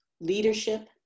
leadership